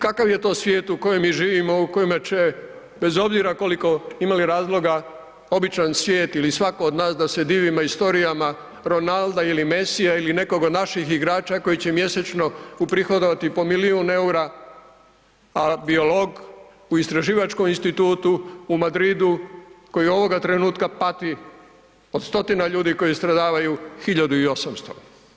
Kakav je to svijet u kojem mi živimo u kojeme će bez obzira koliko imali razloga običan svijet ili svako od nas da se divimo istorijama Ronalda ili Mesija ili nekog od naših igrača koji će mjesečno uprihodovati po milijun EUR-a, a biolog u istraživačkom institutu u Madridu koji ovoga trenutka pati od stotina ljudi koji stradavaju, 1800.